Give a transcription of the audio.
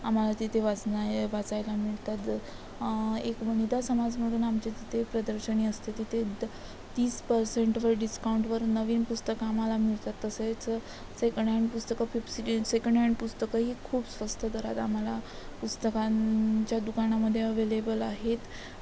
आम्हाला तिथे वाचनाय वाचायला मिळतात एक वनिता समाज म्हणून आमची तिथे प्रदर्शनी असते तिथे द तीस परर्सेंटवर डिस्काउंटवर नवीन पुस्तकं आम्हाला मिळतात तसेच सेकंड हँड पुस्तकं फिपसि सेकंड हँड पुस्तकंही खूप स्वस्त दरात आम्हाला पुस्तकांच्या दुकानामध्ये अवेलेबल आहेत